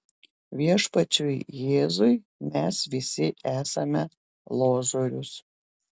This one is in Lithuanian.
viešpačiui jėzui mes visi esame lozorius